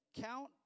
count